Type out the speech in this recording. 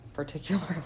particularly